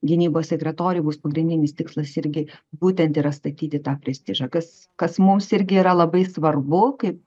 gynybos sekretoriui bus pagrindinis tikslas irgi būtent yra statyti tą prestižą kas kas mums irgi yra labai svarbu kaip